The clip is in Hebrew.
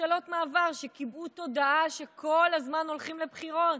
ממשלות מעבר שקיבעו תודעה שכל הזמן הולכים לבחירות.